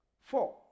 Four